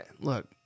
look